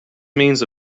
means